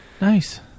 nice